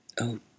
Oh